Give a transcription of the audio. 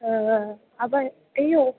ആ ആ അപ്പോൾ അയ്യോ